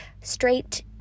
straight